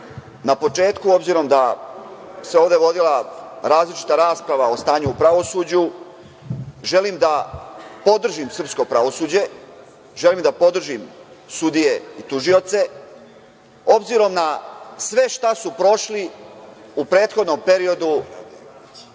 na početku, obzirom da se ovde vodila različita rasprava o stanju u pravosuđu, želim da podržim srpsko pravosuđe, želim da podržim sudije i tužioce, obzirom na sve šta su prošli u prethodnom periodu,